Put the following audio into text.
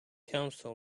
counsel